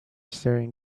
staring